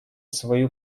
свою